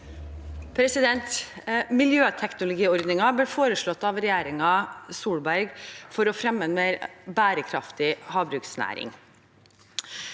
Miljøtek- nologiordningen ble foreslått av regjeringen Solberg for å fremme en mer bærekraftig havbruksnæring.